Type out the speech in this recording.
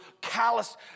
callous